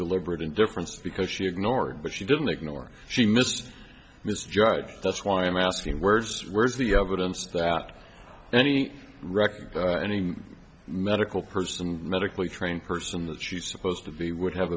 deliberate indifference because she ignored but she didn't ignore she missed misjudged that's why i'm asking words where's the evidence that any record any medical person medically trained person that she's supposed to be would have